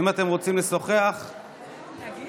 אם אתם רוצים לשוחח, תודה.